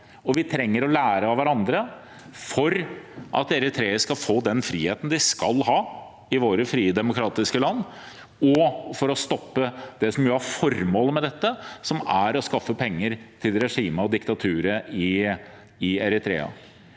Vi trenger å lære av hverandre for at eritreere skal få den friheten de skal ha i våre frie, demokratiske land, og for å stoppe det som jo er formålet med dette: å skaffe penger til regimet og diktaturet i Eritrea.